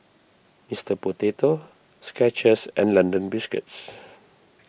Mister Potato Skechers and London Biscuits